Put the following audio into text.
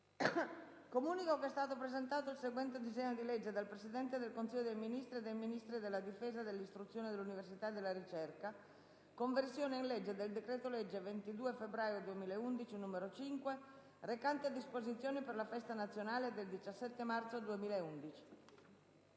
Comunico che è stato presentato il seguente disegno di legge: *dal Presidente del Consiglio dei ministri e dai Ministri della difesa, dell'istruzione, dell'università e della ricerca*: «Conversione in legge del decreto-legge 22 febbraio 2011, n. 5, recante disposizioni per la festa nazionale del 17 marzo 2011»